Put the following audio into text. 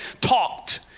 talked